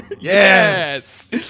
Yes